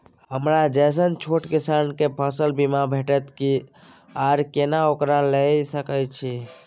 हमरा जैसन छोट किसान के फसल बीमा भेटत कि आर केना ओकरा लैय सकैय छि?